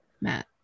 Matt